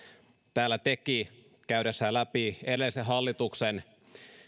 täällä teki käydessään läpi edellisen hallituksen